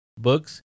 books